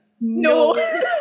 no